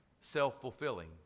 self-fulfilling